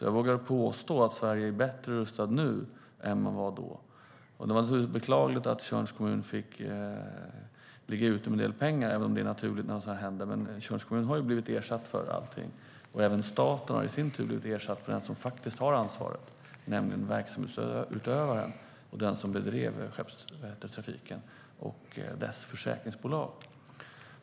Jag vågar påstå att Sverige är bättre rustat nu än vad man var då. Det var beklagligt att Tjörns kommun fick ligga ute med pengar, även om det är naturligt vid en sådan här händelse. Men Tjörns kommun har ersatts för allting. Även staten i sin tur har blivit ersatt av den som faktiskt har ansvaret, nämligen av verksamhetsutövaren och den som bedrev fartygstrafiken och dess försäkringsbolag.